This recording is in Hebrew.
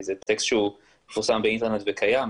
זה טקסט שהוא מפורסם באינטרנט והוא קיים,